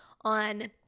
on